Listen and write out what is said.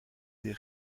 des